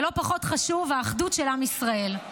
ולא פחות חשוב, האחדות של עם ישראל.